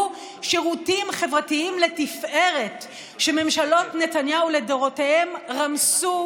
שירותים חברתיים לתפארת שממשלות נתניהו לדורותיהם רמסו,